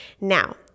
Now